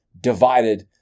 divided